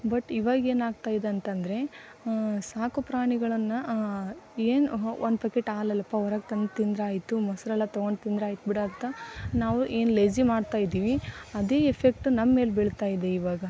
but ಇವಾಗೇನಾಗ್ತ ಇದೆ ಅಂತಂದರೆ ಸಾಕು ಪ್ರಾಣಿಗಳನ್ನು ಏನು ಒಂದು ಪ್ಯಾಕೆಟ್ ಹಾಲಲ್ ಪಾ ಹೊರಗ್ ತಂದು ತಿಂದರಾಯ್ತು ಮೊಸ್ರಲ್ಲ ತೊಗೊಂಡು ತಿಂದರಾಯ್ತು ಬಿಡು ಅಂತ ನಾವು ಏನು ಲೇಜಿ ಮಾಡ್ತಾ ಇದ್ದೀವಿ ಅದೇ ಇಫ್ಫೆಕ್ಟ್ ನಮ್ಮ ಮೇಲೆ ಬೀಳ್ತಾ ಇದೆ ಇವಾಗ